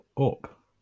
up